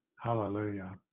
Hallelujah